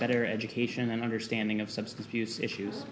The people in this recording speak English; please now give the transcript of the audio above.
better education and understanding of substance abuse issues